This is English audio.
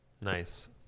Nice